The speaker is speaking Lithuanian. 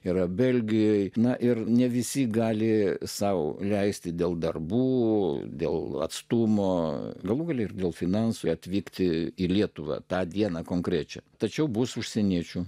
yra belgijoje na ir ne visi gali sau leisti dėl darbų dėl atstumo galų gale ir dėl finansų atvykti į lietuvą tą dieną konkrečiai tačiau bus užsieniečių